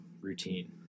routine